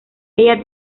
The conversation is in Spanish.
ella